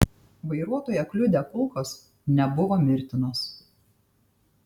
vairuotoją kliudę kulkos nebuvo mirtinos